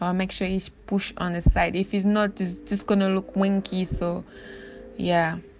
um make sure he's pushed on the side if he's not just gonna look winky so yeah